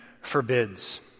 forbids